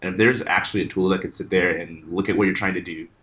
and there's actually a tool that could sit there and look at what you're trying to do,